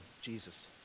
Jesus